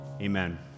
Amen